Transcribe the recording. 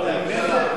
אבל הכנסת?